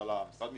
משרד המשפטים,